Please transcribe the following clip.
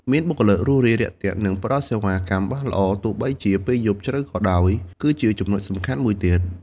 មានបុគ្គលិករួសរាយរាក់ទាក់ និងផ្តល់សេវាកម្មបានល្អ ទោះបីជាពេលយប់ជ្រៅក៏ដោយ គឺជាចំណុចសំខាន់មួយទៀត។